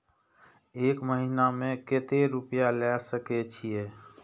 एक महीना में केते रूपया ले सके छिए?